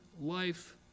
life